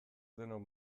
denok